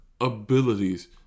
abilities